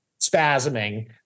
spasming